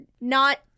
not-